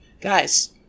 guys